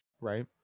right